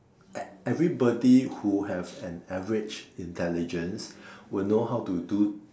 ev~ everybody who have an average intelligence will know how to do